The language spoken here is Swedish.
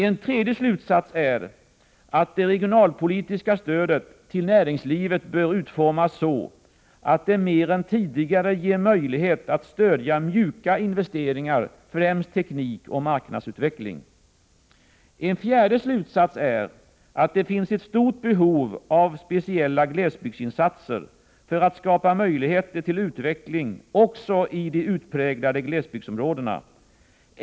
En tredje slutsats är att det regionalpolitiska stödet till näringslivet bör utformas så, att det mer än tidigare ger möjlighet att stödja ”mjuka” investeringar, främst teknikoch marknadsutveckling. En fjärde slutsats är att det finns ett stort behov av speciella glesbygdsinsatser för att skapa möjligheter till utveckling också i de utpräglade glesbygdsområdena.